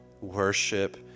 Worship